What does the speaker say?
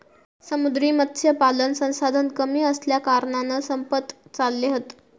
समुद्री मत्स्यपालन संसाधन कमी असल्याकारणान संपत चालले हत